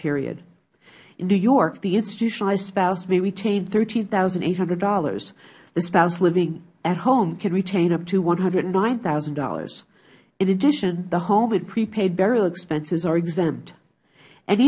period in new york the institutionalized spouse may retain thirteen thousand eight hundred dollars the spouse living at home can retain up to one hundred and nine thousand dollars in addition the home and prepaid burial expenses are exempt an